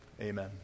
Amen